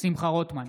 שמחה רוטמן,